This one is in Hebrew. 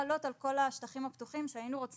שחובתנו כחברה לעשות את כל המאמצים כדי שאצלנו,